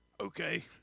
Okay